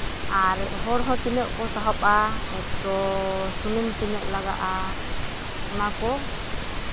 ᱟᱨ ᱦᱚᱲ ᱦᱚᱸ ᱛᱤᱱᱟᱹᱜ ᱠᱚ ᱥᱟᱦᱚᱵᱚᱜᱼᱟ ᱛᱚ ᱥᱩᱱᱩᱢ ᱛᱤᱱᱟᱹᱜ ᱞᱟᱜᱟᱜᱼᱟ ᱚᱱᱟ ᱠᱚ